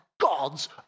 god's